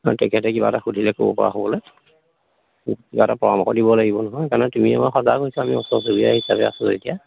অঁ তেখেতে কিবা এটা সুধিলে ক'ব পৰা হ'বলৈ কিবা এটা পৰামৰ্শ দিব লাগিব নহয় সেইকাৰণে তুমিয়ে মই সজাগ হৈছোঁ আমি ওচৰ চুুবুৰীয়া হিচাপে আছোঁ এতিয়া